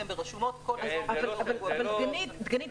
לצוות להרוג: תש תש(1)כל כלב שנמצא ברשות הרבים כשהוא